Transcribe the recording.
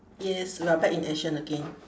yes we are back in action again